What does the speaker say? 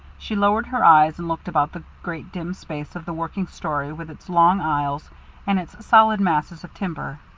she lowered her eyes and looked about the great dim space of the working story with its long aisles and its solid masses of timber.